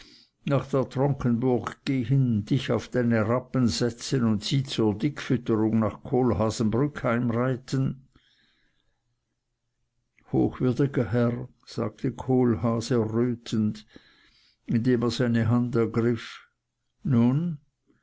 nach der tronkenburg gehen dich auf deine rappen setzen und sie zur dickfütterung nach kohlhaasenbrück heimreiten hochwürdiger herr sagte kohlhaas errötend indem er seine hand ergriff nun